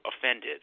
offended